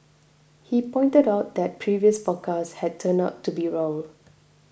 he pointed out that previous forecasts had turned out to be wrong